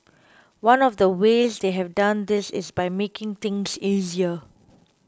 one of the ways they have done this is by making things easier